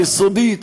יסודית,